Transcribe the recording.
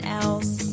else